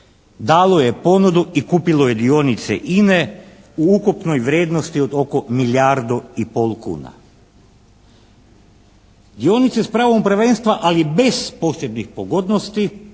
dalo je ponudu i kupilo je dionice INA-e u ukupnoj vrijednosti od oko milijardu i pol kuna. Dionice sa pravom prvenstva ali bez posebnih pogodnosti